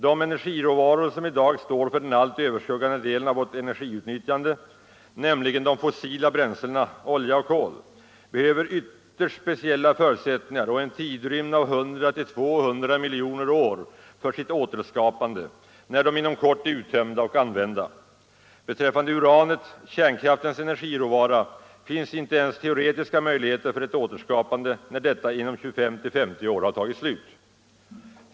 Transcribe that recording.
De energiråvaror, som i dag står för den allt överskuggande delen av vårt energiutnyttjande, nämligen de fossila bränslena, olja och kol, behöver ytterst speciella förutsättningar och en tidsrymd av 100-200 miljoner år för sitt återskapande, när de inom kort är uttömda och använda. Beträffande uranet, kärnkraftens energiråvara finns inte ens teoretiska möjligheter för ett återskapande, när detta inom 25-50 år tagit slut.